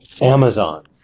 Amazon